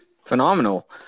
Phenomenal